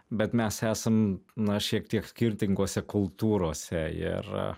bet mes esam na šiek tiek skirtingose kultūrose ir